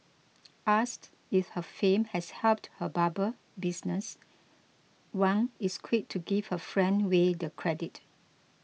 asked if her fame has helped her barber business Wang is quick to give her friend Way the credit